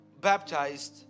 baptized